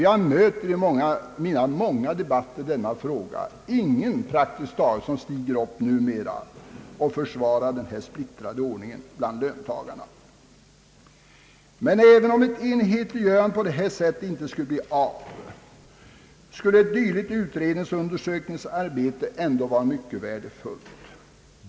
Jag möter vid mina många debatter i denna fråga praktiskt taget inte någon som försvarar den nuvarande splittrade ordningen bland löntagarna. Men även om ett enhetliggörande på detta sätt inte skulle bli av, skulle ett dylikt utredningsoch undersökningsarbete ändå vara värdefullt.